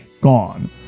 gone